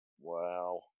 Wow